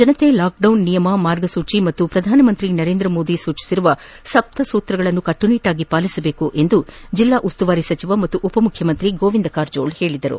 ಜನತೆ ಲಾಕ್ಡೌನ್ ನಿಯಮ ಮಾರ್ಗಸೂಚಿ ಹಾಗೂ ಪ್ರಧಾನಮಂತ್ರಿ ನರೇಂದ್ರ ಮೋದಿ ಸೂಚಿಸಿರುವ ಸಪ್ತ ಸೂತ್ರಗಳನ್ನು ಕಟ್ಟು ನಿಟ್ಟಾಗಿ ಪಾಲಿಸಬೇಕೆಂದು ಜಿಲ್ಲಾ ಉಸ್ತುವಾರಿ ಸಚಿವ ಹಾಗೂ ಉಪಮುಖ್ಯಮಂತ್ರಿ ಗೋವಿಂದ ಕಾರಜೋಳ ತಿಳಿಸಿದ್ದಾರೆ